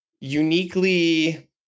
uniquely